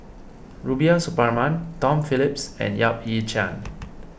Rubiah Suparman Tom Phillips and Yap Ee Chian